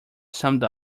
summed